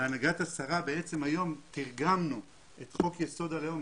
בהנהגת השרה היום בעצם תרגמנו את חוק יסוד הלאום,